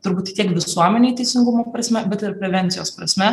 turbūt tiek visuomenei teisingumo prasme bet ir prevencijos prasme